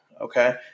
Okay